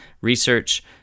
research